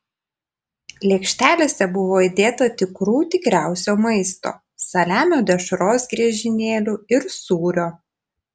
lėkštelėse buvo įdėta tikrų tikriausio maisto saliamio dešros griežinėlių ir sūrio